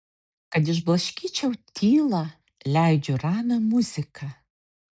kad išblaškyčiau tylą leidžiu ramią muziką